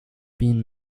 been